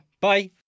Bye